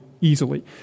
easily